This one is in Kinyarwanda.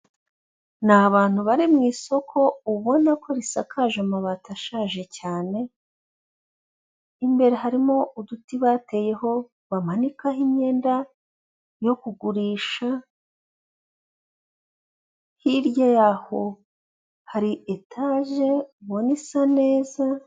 Ni abantu bari mu isoko ubona ko risakaje amabati ashaje cyane, imbere harimo uduti bateyeho bamanikaho imyenda yo kugurisha, hirya yaho hari itaje ubona isa neza.